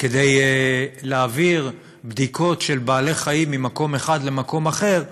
כדי להעביר בדיקות של בעלי-חיים ממקום אחד למקום אחר,